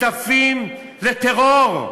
מהשותפים לטרור.